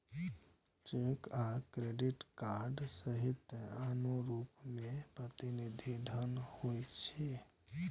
cheque आ credit card सहित आनो रूप मे प्रतिनिधि धन होइ छै